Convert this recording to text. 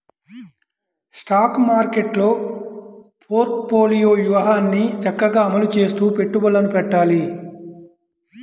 stock మార్కెట్టులో portfolio వ్యూహాన్ని చక్కగా అమలు చేస్తూ పెట్టుబడులను పెట్టాలి